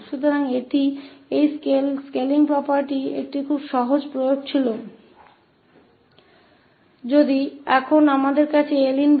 तो यह इस स्केलिंग property का एक बहुत ही सरल अनुप्रयोग था